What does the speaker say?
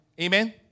Amen